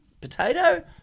Potato